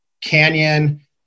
canyon